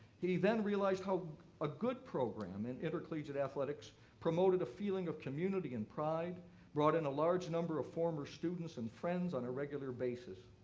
he then realized how a good program in intercollegiate athletics promoted a feeling of community and pride, and brought in a large number of former students and friends on a regular basis.